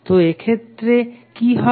তো এক্ষেত্রে কি হবে